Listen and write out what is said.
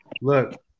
Look